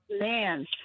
man